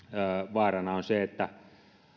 vaarana on se että